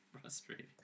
frustrating